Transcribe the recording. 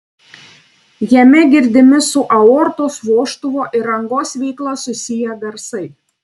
jame girdimi su aortos vožtuvo ir angos veikla susiję garsai